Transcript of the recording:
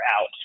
out